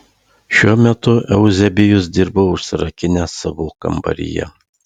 šiuo metu euzebijus dirbo užsirakinęs savo kambaryje